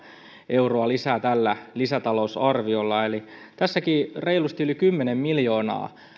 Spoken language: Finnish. euroa lisää tällä lisätalousarviolla eli tässäkin reilusti yli kymmenen miljoonaa